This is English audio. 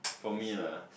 for me lah